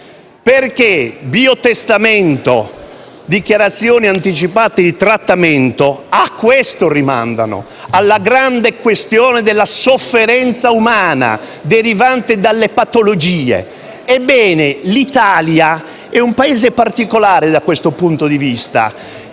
Il biotestamento, la dichiarazione anticipata di trattamento a questo rimandano: alla grande questione della sofferenza umana derivante dalle patologie. Ebbene, l'Italia è un Paese particolare da questo punto di vista: